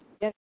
Yes